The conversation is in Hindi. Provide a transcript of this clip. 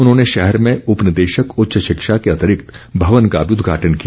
उन्होंने शहर में उपनिदेशक उच्च शिक्षा के अतिरिक्त भवन का भी उदघाटन किया